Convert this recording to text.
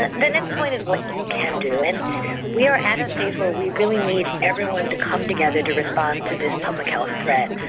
the next point is what you can do. and we are at a phase where we really need everyone to come together to respond to this public health threat.